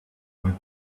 with